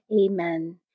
Amen